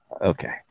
okay